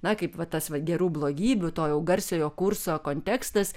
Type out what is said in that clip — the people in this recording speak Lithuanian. na kaip va tas va gerų blogybių to jau garsiojo kurso kontekstas